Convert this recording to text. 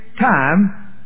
time